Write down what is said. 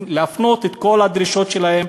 להפנות את כל הדרישות שלהם,